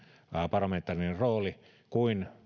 parlamentaarinen rooli kuin